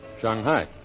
Shanghai